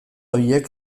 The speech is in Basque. horiek